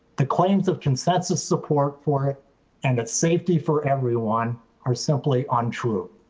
the claims of consensus support for it and its safety for everyone are simply on true.